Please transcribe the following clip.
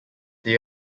they